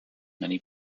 many